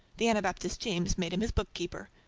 the anabaptist james made him his bookkeeper.